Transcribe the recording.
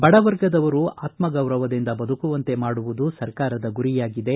ಬಡವರ್ಗದವರು ಆತ್ಯಗೌರವದಿಂದ ಬದುಕುವಂತೆ ಮಾಡುವುದು ಸರ್ಕಾರದ ಗುರಿಯಾಗಿದೆ